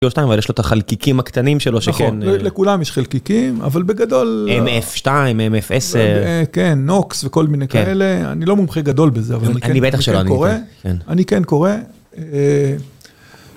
Co2. אבל יש לו את החלקיקים הקטנים שלו שכן. נכון, לכולם יש חלקיקים אבל בגדול. mf2 mf10. כן נוקס וכל מיני כאלה. כן. אני לא מומחה גדול בזה אבל. אני בטח שלא. אבל אני כן קורא. כן.אני כן קורא.